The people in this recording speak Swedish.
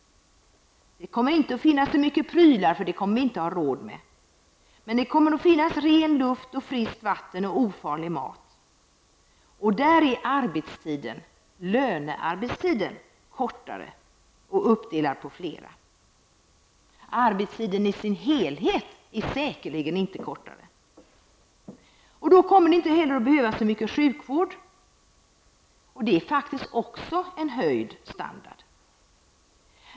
Det kommer inte att finnas så mycket prylar, för det kommer vi inte att ha råd med. Men det kommer att finnas ren luft, friskt vatten och ofarlig mat. Där är arbetstiden -- lönearbetstiden! -- kortare och uppdelad på flera. Arbetstiden i sin helhet är säkerligen inte kortare. Då kommer det inte heller att behövas så mycken sjukvård. Det innebär faktiskt också en höjd standard.